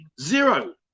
Zero